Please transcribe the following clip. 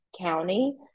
county